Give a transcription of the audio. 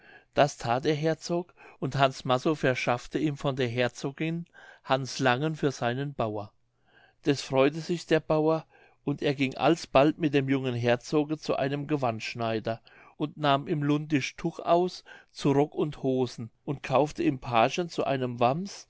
das that der herzog und hans massow verschaffte ihm von der herzogin hans langen für seinen bauer deß freute sich der bauer und er ging alsbald mit dem jungen herzoge zu einem gewandschneider und nahm ihm lundisch tuch aus zu rock und hosen und kaufte ihm parchend zu einem wamms